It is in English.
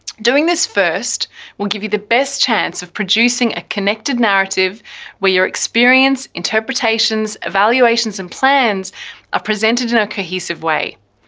doing this first will give you the best chance of producing a connected narrative where your experience, interpretations, evaluations and plans are ah presented in a cohesive way.